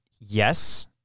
yes